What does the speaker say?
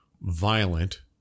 violent